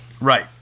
Right